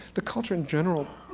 the culture in general,